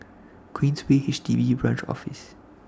Queensway HDB Branch Office